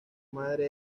madre